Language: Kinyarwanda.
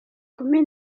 kumi